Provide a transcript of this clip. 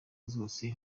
zose